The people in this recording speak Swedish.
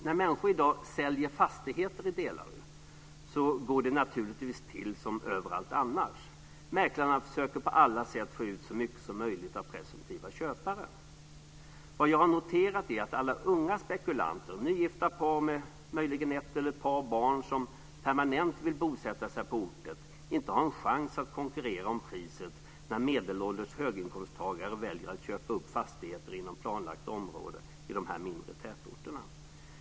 När människor i dag säljer fastigheter i Delary går det naturligtvis till som överallt annars. Mäklarna försöker på alla sätt att få ut så mycket som möjligt av presumtiva köpare. Vad jag har noterat är att alla unga spekulanter, nygifta par med möjligen ett eller ett par barn som permanent vill bosätta sig på orten, inte har en chans att konkurrera om fastigheterna när medelålders höginkomsttagare väljer att köpa upp fastigheter inom planlagt område i de mindre tätorterna.